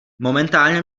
momentálně